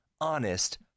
Honest